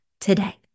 today